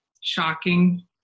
shocking